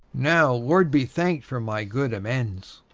now, lord be thanked for my good amends!